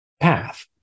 path